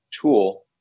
tool